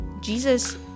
Jesus